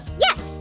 Yes